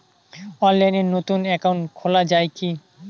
অনলাইনে নতুন একাউন্ট খোলা য়ায় কি?